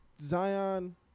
Zion